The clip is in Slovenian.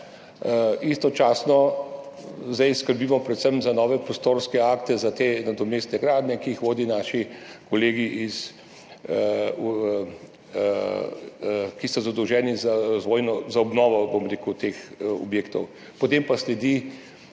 Istočasno zdaj skrbimo predvsem za nove prostorske akte za te nadomestne gradnje, ki jih vodijo naši kolegi, ki so zadolženi za obnovo teh objektov. Potem pa sledi